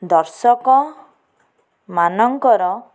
ଦର୍ଶକ ମାନଙ୍କର